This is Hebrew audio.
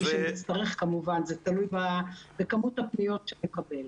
זה כמובן תלוי בכמות הפניות שנקבל.